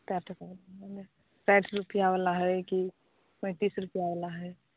कय टाका साठि रुपआ वाला होइ कि पैतीस रुपआ वाला होइ